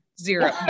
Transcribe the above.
Zero